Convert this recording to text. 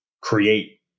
create